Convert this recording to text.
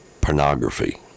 pornography